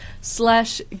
slash